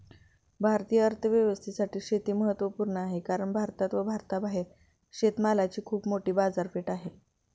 भारतीय अर्थव्यवस्थेसाठी शेती महत्वपूर्ण आहे कारण भारतात व भारताबाहेर शेतमालाची खूप मोठी बाजारपेठ आहे